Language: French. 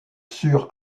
sur